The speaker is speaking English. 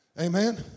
Amen